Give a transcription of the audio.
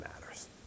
matters